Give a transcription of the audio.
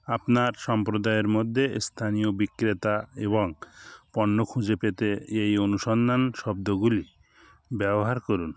আপনার সম্প্রদায়ের মধ্যে স্থানীয় বিক্রেতা এবং পণ্য খুঁজে পেতে এই অনুসন্ধান শব্দগুলি ব্যবহার করুন